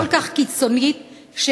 הכל-כך קיצונית.